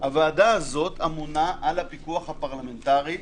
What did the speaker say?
הוועדה הזאת אמונה על הפיקוח הפרלמנטרי,